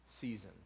season